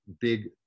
big